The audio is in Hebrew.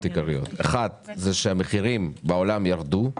עיקריות: בגלל שהמחירים על התמרים ירדו בעולם,